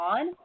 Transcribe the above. on